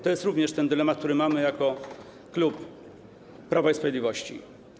To jest również ten dylemat, który mamy jako klub Prawa i Sprawiedliwości.